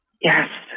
Yes